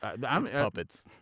puppets